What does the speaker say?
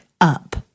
up